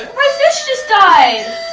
my fish just died!